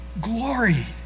glory